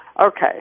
Okay